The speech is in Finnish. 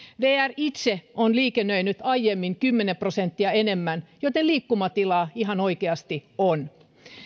vr itse on liikennöinyt aiemmin kymmenen prosenttia enemmän joten liikkumatilaa ihan oikeasti on